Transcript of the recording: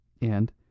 and